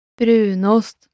Brunost